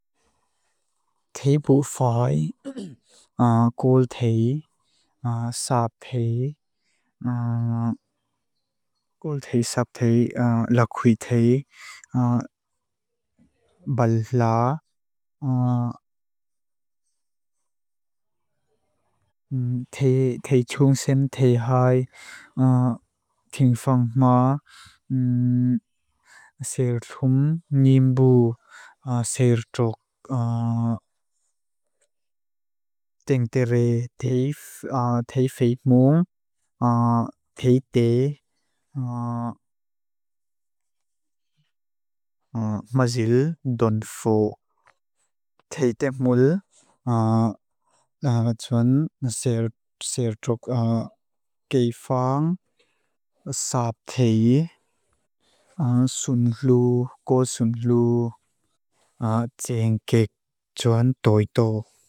Thé bú faay gulthé sapthé lakwíthé bal laa. Thé chungsen thé hái thíng faang maa. Sérchum ním bú sérchuk tíng téré thé faay múng. Thé té maazíldon fó. Thé té múl sérchuk tíng faang sapthé gul sunglú tséng kék chuan tóito.